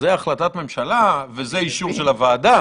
זו החלטת ממשלה, וזה אישור של הוועדה.